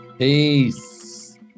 Peace